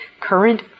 current